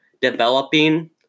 developing